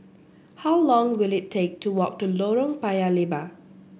how long will it take to walk to Lorong Paya Lebar